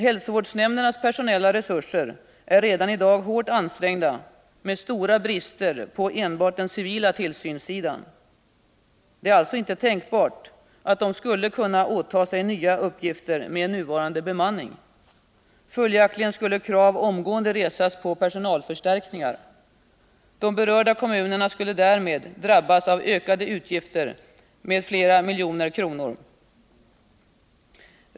Hälsovårdsnämndernas personella resurser är redan i dag hårt ansträngda, med stora brister på enbart den civila tillsynssidan. Det är alltså ej tänkbart att de skulle kunna åtaga sig nya uppgifter med nuvarande bemanning. Följaktligen skulle krav omgående resas på personalförstärkningar. De berörda kommunerna skulle därmed drabbas av ökade utgifter med flera miljoner kronor.